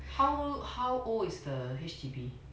how how old is the H_D_B